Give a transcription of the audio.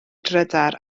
drydar